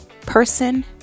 person